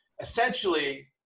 essentially